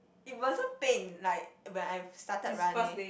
it wasn't pain like when I started running